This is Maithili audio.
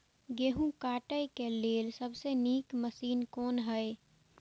गेहूँ काटय के लेल सबसे नीक मशीन कोन हय?